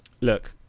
look